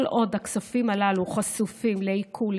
כל עוד הכספים הללו חשופים לעיקול,